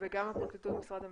גם הפרקליטות ומשרד המשפטים,